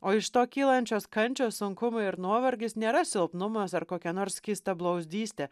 o iš to kylančios kančios sunkumai ir nuovargis nėra silpnumas ar kokia nors skystablauzdystė